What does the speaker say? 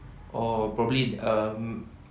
or probably um